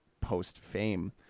post-fame